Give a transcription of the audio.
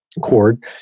cord